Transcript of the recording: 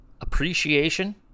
appreciation